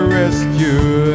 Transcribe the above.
rescue